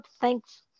thanks